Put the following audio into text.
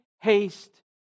haste